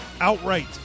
outright